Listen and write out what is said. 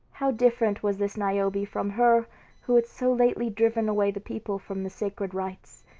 how different was this niobe from her who had so lately driven away the people from the sacred rites,